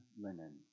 linen